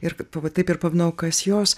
ir pava taip ir pavadinau o kas jos